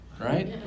Right